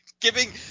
Giving